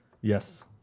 Yes